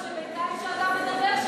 רק שבינתיים כשאתה מדבר,